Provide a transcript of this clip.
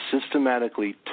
systematically